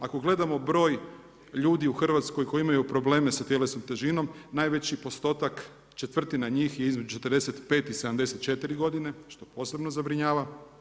Ako gledamo broj ljudi u Hrvatskoj koji imaju probleme sa tjelesnom težinom, najveći postotak, četvrtina njih je između 45 i 74 godine, što posebno zabrinjava.